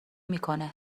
میکنه